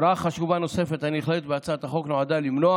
הוראה חשובה נוספת הנכללת בהצעת החוק נועדה למנוע